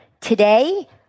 Today